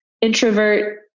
introvert